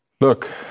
Look